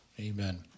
Amen